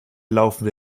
laufen